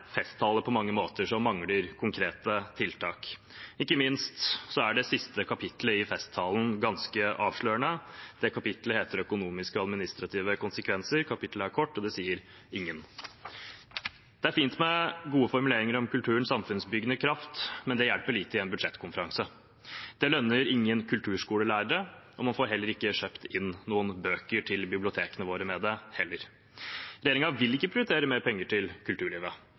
er på mange måter en festtale som mangler konkrete tiltak. Ikke minst er det siste kapitlet i festtalen ganske avslørende. Det kapitlet heter «økonomiske og administrative konsekvenser». Kapitlet er kort, og det sier: ingen. Det er fint med gode formuleringer om kulturens samfunnsbyggende kraft, men det hjelper lite i en budsjettkonferanse. Det lønner ingen kulturskolelærere, og man får heller ikke kjøpt inn noen bøker til bibliotekene våre med det. Regjeringen vil ikke prioritere mer penger til kulturlivet.